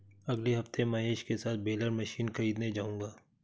अगले हफ्ते महेश के साथ बेलर मशीन खरीदने जाऊंगा